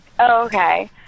okay